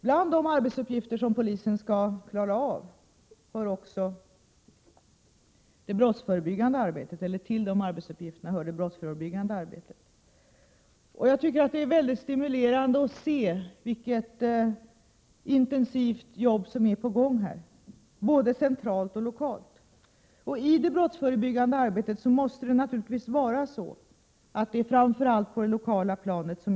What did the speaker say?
Till de uppgifter som polisen har att klara av hör det brottsförebyggande arbetet. Jag tycker det är stimulerande att se vilket intensivt jobb som är på gång här, både centralt och lokalt. I det brottsförebyggande arbetet måste initiativen naturligtvis främst finnas på det lokala planet.